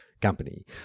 Company